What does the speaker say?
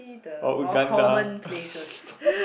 oh Uganda